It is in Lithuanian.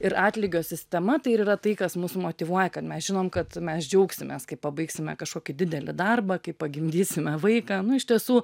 ir atlygio sistema tai ir yra tai kas mus motyvuoja kad mes žinom kad mes džiaugsimės kai pabaigsime kažkokį didelį darbą kai pagimdysime vaiką nu iš tiesų